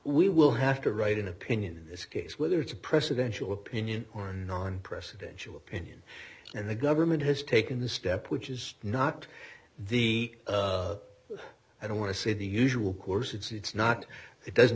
we will have to write an opinion in this case whether it's a presidential opinion or non presidential opinion and the government has taken the step which is not the i don't want to say the usual course it's not it doesn't